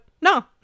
no